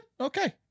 Okay